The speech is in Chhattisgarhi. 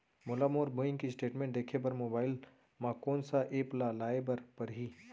मोला मोर बैंक स्टेटमेंट देखे बर मोबाइल मा कोन सा एप ला लाए बर परही?